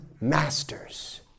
masters